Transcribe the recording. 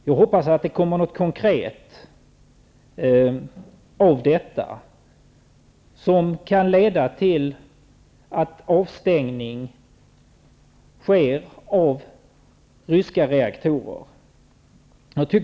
Jag hoppas att det blir något konkret, som kan leda till att ryska reaktorer stängs av.